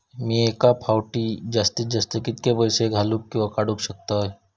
मी एका फाउटी जास्तीत जास्त कितके पैसे घालूक किवा काडूक शकतय?